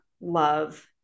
love